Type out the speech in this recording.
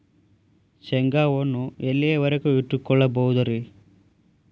ಶೇಂಗಾವನ್ನು ಎಲ್ಲಿಯವರೆಗೂ ಇಟ್ಟು ಕೊಳ್ಳಬಹುದು ರೇ?